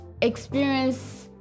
experience